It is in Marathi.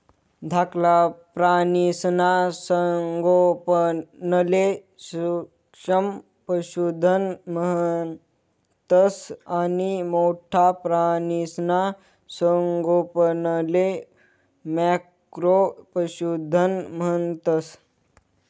धाकला प्राणीसना संगोपनले सूक्ष्म पशुधन म्हणतंस आणि मोठ्ठा प्राणीसना संगोपनले मॅक्रो पशुधन म्हणतंस